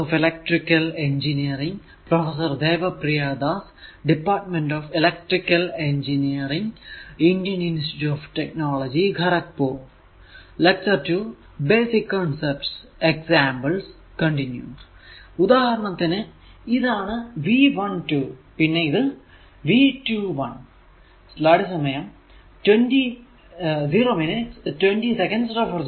ഉദാഹരണത്തിന് ഇതാണ് V12 പിന്നെ V21